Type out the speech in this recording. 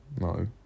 No